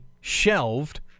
shelved